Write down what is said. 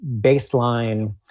baseline